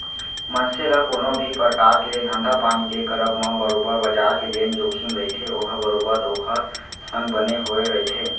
मनसे ल कोनो भी परकार के धंधापानी के करब म बरोबर बजार के जेन जोखिम रहिथे ओहा बरोबर ओखर संग बने होय रहिथे